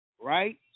Right